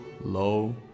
low